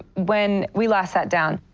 when we last sat down,